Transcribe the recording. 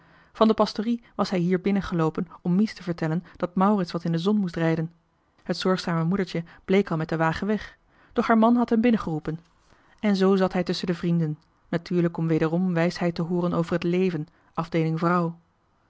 van de pastorie was hij hier binnen geloopen om mies te vertellen dat maurits wat in de zon moest rijden het zorgzame johan de meester de zonde in het deftige dorp moedertje bleek al met den wagen weg doch haar man had hem binnengeroepen en zoo zat hij tusschen de vrienden natuurlijk om wederom wijsheid te hooren over het leven afdeeling vrouw